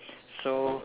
so